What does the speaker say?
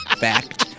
back